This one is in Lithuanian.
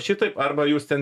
šitaip arba jūs ten